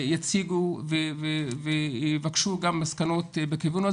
יציגו ויבקשו גם מסקנות בכיוון הזה,